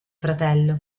fratello